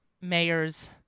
Mayor's